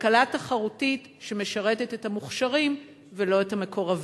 כלכלה תחרותית שמשרתת את המוכשרים ולא את המקורבים.